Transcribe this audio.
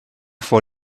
vor